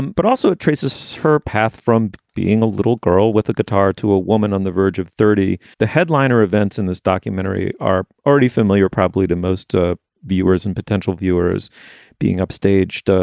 but also it traces her path from being a little girl with a guitar to a woman on the verge of thirty. the headliner events in this documentary are already familiar, probably to most ah viewers and potential viewers being upstaged, ah